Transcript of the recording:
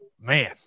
man